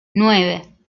nueve